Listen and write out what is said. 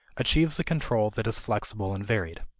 achieves a control that is flexible and varied.